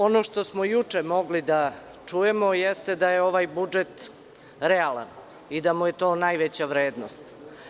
Ono što smo juče mogli da čujemo jeste da je ovaj budžet realan i da mu je to najveća vrednost.